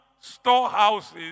storehouses